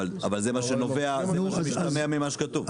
אבל זה מה שמשתמע ממה שכתוב.